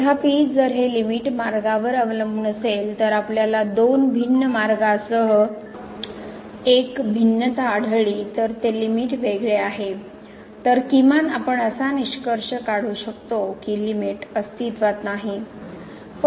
तथापि जर हे लिमिट मार्गावर अवलंबून असेल तर जर आपल्याला दोन भिन्न मार्गासह एक भिन्नता आढळली तर ते लिमिट वेगळे आहे तर किमान आपण असा निष्कर्ष काढू शकतो की लिमिट अस्तित्त्वात नाही